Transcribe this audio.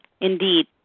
Indeed